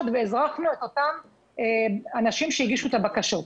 ואזרחנו את אותם אנשים שהגישו את הבקשות.